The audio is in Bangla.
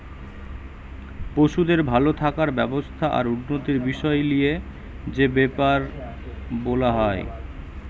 পশুদের ভাল থাকার ব্যবস্থা আর উন্নতির বিষয় লিয়ে যে বেপার বোলা হয়